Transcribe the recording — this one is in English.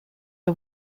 are